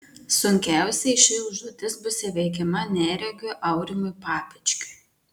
sunkiausiai ši užduotis bus įveikiama neregiui aurimui papečkiui